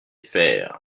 faire